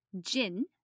Jin